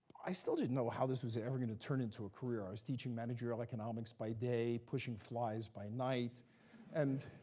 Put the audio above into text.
i still didn't know how this was ever going to turn into a career i was teaching managerial economics by day, pushing flies by night and